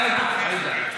עאידה,